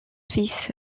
fils